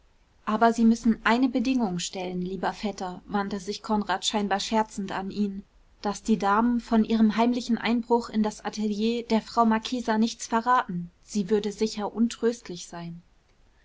aber sie müssen eine bedingung stellen lieber vetter wandte sich konrad scheinbar scherzend an ihn daß die damen von ihrem heimlichen einbruch in das atelier der frau marchesa nichts verraten sie würde sicher untröstlich sein